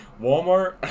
Walmart